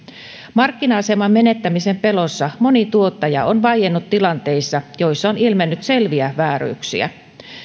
markkina aseman menettämisen pelossa moni tuottaja on vaiennut tilanteissa joissa on ilmennyt selviä vääryyksiä